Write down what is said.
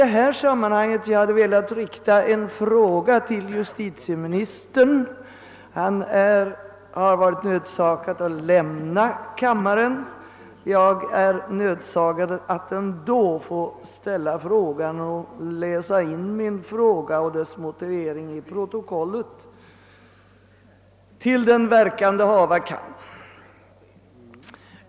I det sammanhanget hade jag velat rikta en fråga till justitieministern, som har varit nödsakad att lämna kammaren. Jag vill ändå läsa in min fråga och dess motivering i protokollet, till den verkan det hava kan.